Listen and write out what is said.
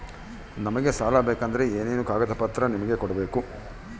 ನಮಗೆ ಸಾಲ ಬೇಕಂದ್ರೆ ಏನೇನು ಕಾಗದ ಪತ್ರ ನಿಮಗೆ ಕೊಡ್ಬೇಕು?